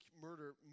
murder